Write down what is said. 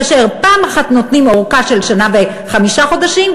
כאשר פעם אחת נותנים ארכה של שנה וחמישה חודשים,